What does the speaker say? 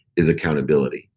is accountability.